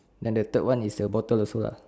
and the third one is a bottle also ah